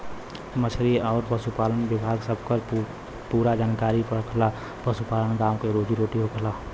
मछरी आउर पसुपालन विभाग सबकर पूरा जानकारी रखना पसुपालन गाँव क रोजी रोटी होला